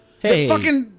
Hey